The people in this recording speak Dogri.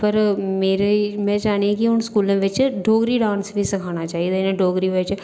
पर मेरे में चाह्न्नीं कि हून स्कूलें बिच डोगरी डांस बी सखाना चाहिदा इ'नें डोगरी बिच